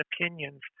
opinions